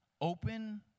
open